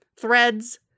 threads